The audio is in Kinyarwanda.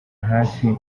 hafi